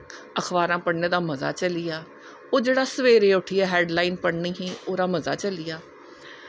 अखबारां पढ़नें दा मज़ा चली आ ओह् जेह्ड़ी सवेरै उट्ठियै हैडलाईन पढ़नी ही ओह्दा मज़ा चली आ